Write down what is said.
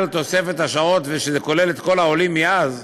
תוספת השעות ושזה כולל את כל העולים מאז,